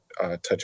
touch